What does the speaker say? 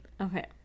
Okay